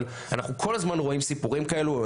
אבל אנחנו כל הזמן רואים סיפורים כאלו,